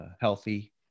healthy